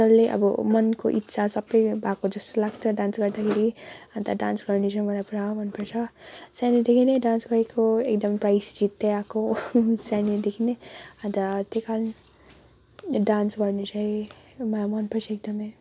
डल्लै अब मनको इच्छा सबै भएको जस्तो लाग्छ डान्स गर्दाखेरि अन्त डान्स गर्नु चाहिँ मलाई पुरा मन पर्छ सानैदेखि नै डान्स गरेको एकदम प्राइज जित्दै आएको सानैदेखि नै अन्त त्यही कारण डान्स गर्न चाहिँ मलाई मन पर्छ एकदमै